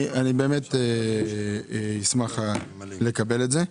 אני אשמח לקבל את זה.